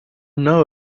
know